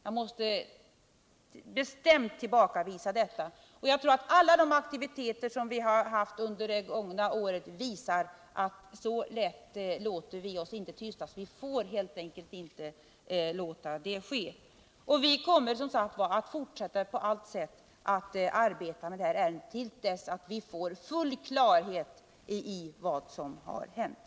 Jag måste bestämt tillbakavisa det påståendet! Alla de aktiviteter som vi bedrivit under det gångna året visar att vi inte låter oss tystas så lätt! Vi får helt enkelt inte låta det ske. Vi kommer att fortsätta arbeta med det här ärendet på alla sätt till dess vi får full klarhet i vad som har hänt.